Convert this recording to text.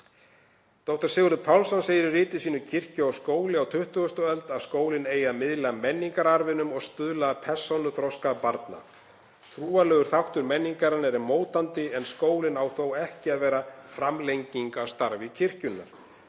Dr. Sigurður Pálsson segir í riti sínu Kirkja og skóli á 20. öld að skólinn eigi að miðla menningararfinum og stuðla að persónuþroska barna. Trúarlegur þáttur menningarinnar er mótandi en skólinn á þó ekki að vera framlenging á starfi kirkjunnar.